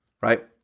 right